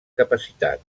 capacitat